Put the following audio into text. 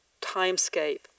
timescape